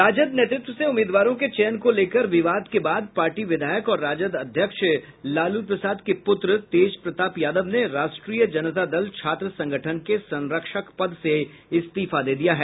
राजद नेतृत्व से उम्मीदवारों के चयन को लेकर विवाद के बाद पार्टी विधायक और राजद अध्यक्ष लालू प्रसाद के पुत्र तेज प्रताप यादव ने राष्ट्रीय जनता दल छात्र संगठन के संरक्षक पद से इस्तीफा दे दिया है